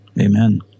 Amen